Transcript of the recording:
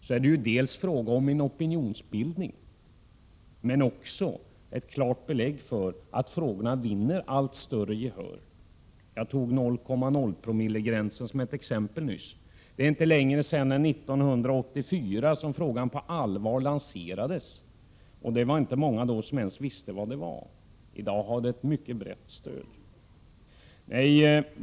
Men det är ju fråga om en opinionsbildning, och det finns klart belägg för att frågorna vinner allt större gehör. Jag tog 0,0-promillegränsen som ett exempel nyss. Och så sent som 1984 lanserades frågan på allvar. Då var det inte många som ens visste vad det handlade om. I dag har detta krav ett mycket brett stöd.